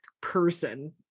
person